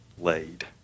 laid